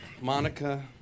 Monica